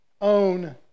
own